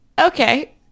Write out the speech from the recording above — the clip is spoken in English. Okay